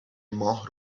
ماه